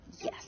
Yes